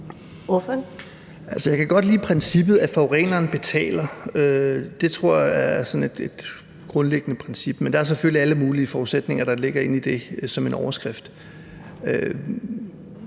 Jeg kan godt lide princippet: at forureneren betaler. Det tror jeg er sådan et grundlæggende princip, men der ligger selvfølgelig alle mulige forudsætninger inde i det som en overskrift.